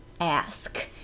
ask